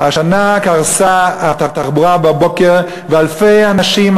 השנה קרסה התחבורה בבוקר ואלפי אנשים,